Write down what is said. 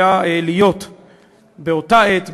להיות באותה עת,